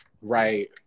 right